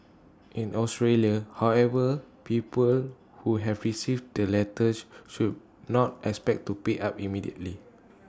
in Australia however people who have received the letters should not expect to pay up immediately